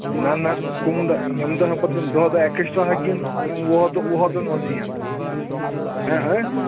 نہ نہ کُم دۄہ ییٚمہِ دۄہ ہا پَتہٕ یِم دہ دۄہ ایٚکٕسٹرا ہا گِنٛد یِم وُہ دۄہ وُہ دۄہَن منٛز یِن ہاں ہاں